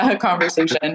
conversation